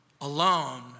alone